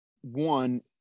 one